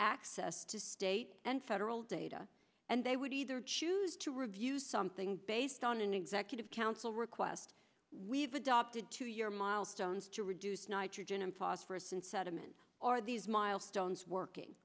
access to state and federal data and they would either choose to review something based on an executive council request we've adopted two year milestones to reduce nitrogen and phosphorus and sediment or these milestones working